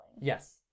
Yes